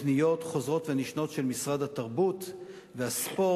למרות פניות חוזרות ונשנות של משרד התרבות והספורט,